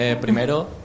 Primero